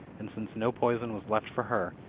and since no poison was left for her,